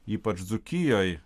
ypač dzūkijoj